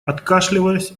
откашливаясь